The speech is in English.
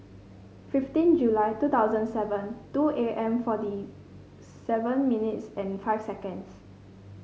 fifteen July two thousand seven two A M forty seven minutes and five seconds